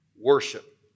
worship